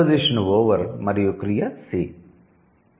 preposition 'over' మరియు క్రియ 'see'